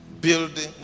Building